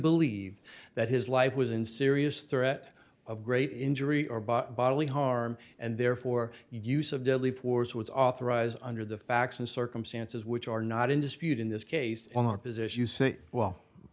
believe that his life was in serious threat of great injury or bodily harm and therefore use of deadly force was authorized under the facts and circumstances which are not in dispute in this case on our position you say well